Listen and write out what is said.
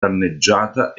danneggiata